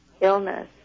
illness